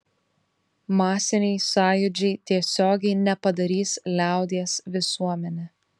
masiniai sąjūdžiai tiesiogiai nepadarys liaudies visuomene